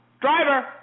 Driver